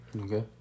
Okay